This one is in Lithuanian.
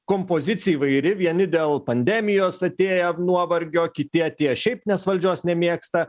kompozicija įvairi vieni dėl pandemijos atėję nuovargio kiti atėję šiaip nes valdžios nemėgsta